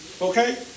okay